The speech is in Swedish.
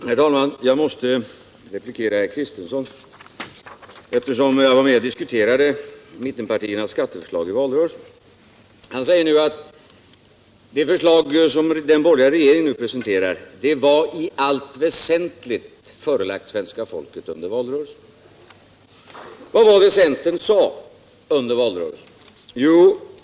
Herr talman! Jag måste bemöta herr Kristensson, eftersom jag var med och diskuterade mittenpartiernas skatteförslag i valrörelsen. Han säger här att det förslag som den borgerliga regeringen nu presenterar i allt väsentligt förelagts svenska folket i valrörelsen. Vad var det centern sade under valrörelsen?